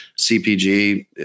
CPG